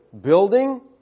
Building